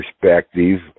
perspective